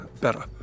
better